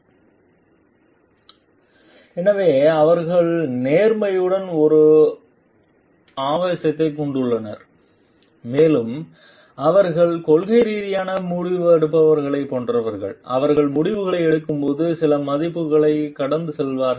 slide நேரம் 3635 பார்க்கவும் எனவே அவர்கள் நேர்மையுடன் ஒரு ஆவேசத்தைக் கொண்டுள்ளனர் மேலும் அவர்கள் கொள்கை ரீதியான முடிவெடுப்பவர்களைப் போன்றவர்கள் அவர்கள் முடிவுகளை எடுக்கும்போது சில மதிப்புகளைக் கடந்து செல்கிறார்கள்